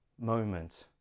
moment